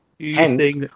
Hence